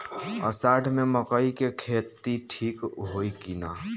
अषाढ़ मे मकई के खेती ठीक होई कि ना?